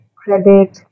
credit